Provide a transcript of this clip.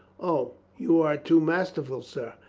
o, you are too masterful, sir.